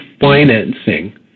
financing